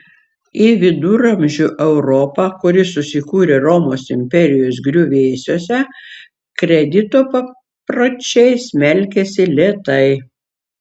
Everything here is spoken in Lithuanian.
į viduramžių europą kuri susikūrė romos imperijos griuvėsiuose kredito papročiai smelkėsi lėtai